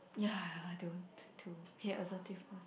ya I don't too okay assertiveness